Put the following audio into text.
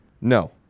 No